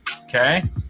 okay